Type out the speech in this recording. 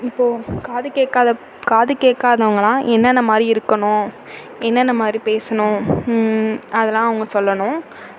இப்போது காது கேட்காத காது கேட்காதவங்கள்லாம் என்னென்ன மாதிரி இருக்கணும் என்னென்ன மாதிரி பேசணும் அதெல்லாம் அவங்க சொல்லணும்